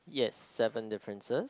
yes seven differences